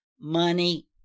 money